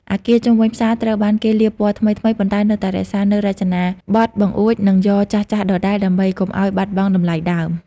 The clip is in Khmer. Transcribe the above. អគារជុំវិញផ្សារត្រូវបានគេលាបពណ៌ថ្មីៗ ប៉ុន្តែនៅតែរក្សានូវរចនាប័ទ្មបង្អួច និងយ៉រចាស់ៗដដែលដើម្បីកុំឱ្យបាត់បង់តម្លៃដើម។